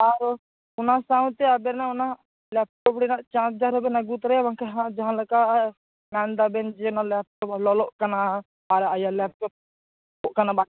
ᱟᱨᱚ ᱚᱱᱟ ᱥᱟᱶᱛᱮ ᱟᱵᱮᱱᱟᱜ ᱚᱱᱟ ᱞᱮᱯᱴᱚᱯ ᱨᱮᱱᱟᱜ ᱪᱟᱨᱡᱟᱨ ᱦᱚᱵᱮᱱ ᱟᱜᱩ ᱛᱚᱨᱟᱭᱟ ᱵᱟᱝᱠᱷᱟᱱ ᱦᱟᱸᱜ ᱡᱟᱦᱟᱸ ᱞᱮᱠᱟ ᱢᱮᱱᱫᱟᱵᱮᱱ ᱡᱮ ᱱᱚᱣᱟ ᱞᱮᱯᱴᱚᱯ ᱞᱚᱞᱚᱜ ᱠᱟᱱᱟ ᱟᱨ ᱞᱮᱯᱴᱚᱯ ᱠᱟᱱᱟᱵᱟᱝ